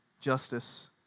justice